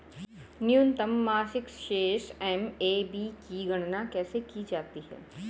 न्यूनतम मासिक शेष एम.ए.बी की गणना कैसे की जाती है?